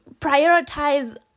prioritize